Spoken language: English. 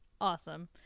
awesome